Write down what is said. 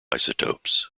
isotopes